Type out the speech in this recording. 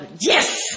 yes